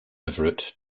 everett